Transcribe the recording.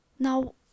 Now